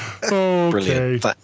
Brilliant